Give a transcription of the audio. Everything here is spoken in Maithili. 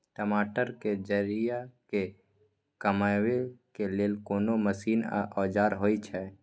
टमाटर के जईर के कमबै के लेल कोन मसीन व औजार होय छै?